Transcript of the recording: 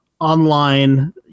online